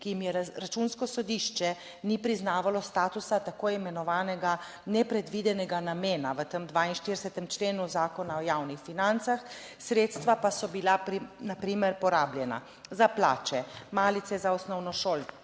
ki jim je Računsko sodišče ni priznavalo statusa tako imenovanega nepredvidenega namena v tem 42. členu Zakona o javnih financah, sredstva pa so bila na primer porabljena za plače, malice za osnovnošolce,